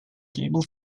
cable